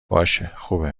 باشهخوبه